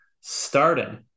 starting